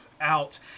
out